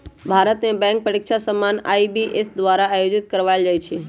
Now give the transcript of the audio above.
भारत में बैंक परीकछा सामान्य आई.बी.पी.एस द्वारा आयोजित करवायल जाइ छइ